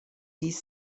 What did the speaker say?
these